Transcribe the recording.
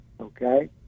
okay